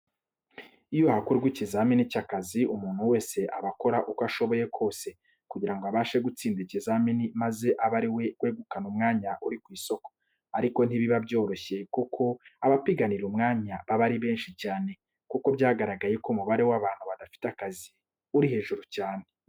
Iyo hakorwa ikizamini cy'akazi, umuntu wese aba akora uko ashoboye kose kugira ngo abashe gutsinda ikizamini maze abe ari we wegukana umwanya uri ku isoko, ariko ntibiba byoroshye kuko abapiganira umwanya baba ari benshi cyane, kuko byagaragaye ko umubare w'abantu badafite akazi uri hejuru cyane.